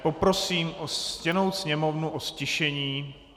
Poprosím ctěnou Sněmovnu o ztišení.